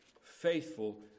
faithful